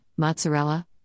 mozzarella